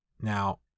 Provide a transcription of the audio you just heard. Now